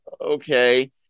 okay